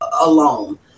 alone